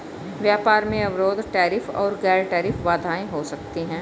व्यापार में अवरोध टैरिफ और गैर टैरिफ बाधाएं हो सकती हैं